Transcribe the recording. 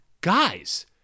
Guys